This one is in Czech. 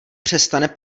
přestane